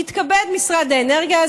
יתכבד משרד האנרגיה,